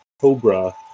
cobra